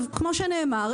כמו שנאמר,